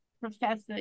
professor